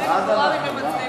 הצעת הסיכום שהביא חבר הכנסת